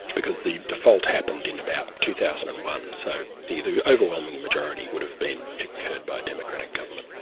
because the default happened in about two thousand and one, so the the overwhelming majority would have been incurred by democratic government.